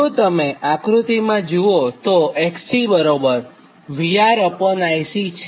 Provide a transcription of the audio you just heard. જો તમે આક્રૃત્તિમાં જુઓતો XC VRIC છે